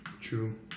True